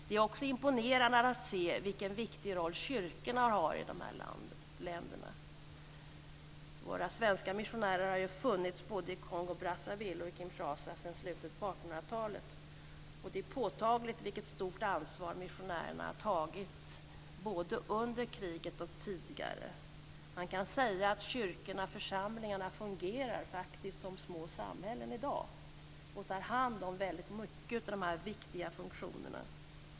Det är också imponerande att se vilken viktig roll kyrkorna har i dessa länder. Våra svenska missionärer har funnits både i Kongo-Brazzaville och i Kinshasa sedan slutet av 1800-talet. Det är påtagligt vilket stort missionärerna har tagit både under kriget och tidigare. Man kan säga att kyrkorna, församlingarna fungerar faktiskt som små samhällen i dag och tar hand om väldigt mycket av det viktiga funktionerna.